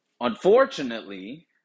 Unfortunately